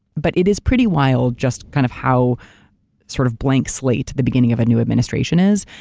but it is pretty wild just kind of how sort of blank slate the beginning of a new administration is,